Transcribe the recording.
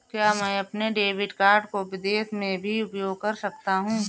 क्या मैं अपने डेबिट कार्ड को विदेश में भी उपयोग कर सकता हूं?